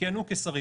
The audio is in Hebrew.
כיהנו כשרים.